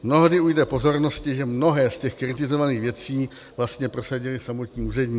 Mnohdy ujde pozornosti, že mnohé z těch kritizovaných věcí vlastně prosadili samotní úředníci.